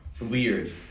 weird